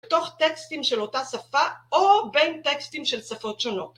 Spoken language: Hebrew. בתוך טקסטים של אותה שפה או בין טקסטים של שפות שונות.